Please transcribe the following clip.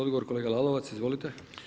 Odgovor kolega Lalovac, izvolite.